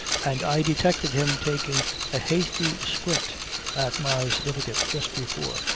and i detected him taking a hasty squint at my certificate just before,